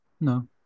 no